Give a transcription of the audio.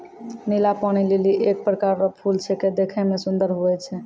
नीला पानी लीली एक प्रकार रो फूल छेकै देखै मे सुन्दर हुवै छै